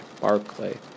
Barclay